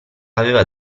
aveva